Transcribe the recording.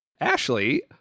Ashley